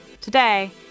Today